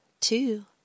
two